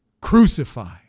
Crucify